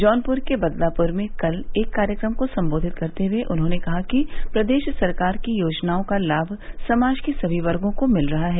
जौनपुर के बदलापुर में कल एक कार्यक्रम को संबोधित करते हुए उन्होंने कहा कि प्रदेश सरकार की योजनाओं का लाभ समाज के सभी वर्गो को मिल रहा है